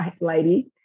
lady